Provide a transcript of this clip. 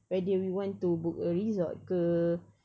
whether we want to book a resort ke